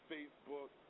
Facebook